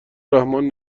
رحمان